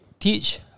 teach